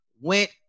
went